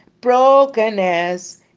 Brokenness